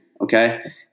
okay